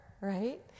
right